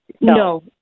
No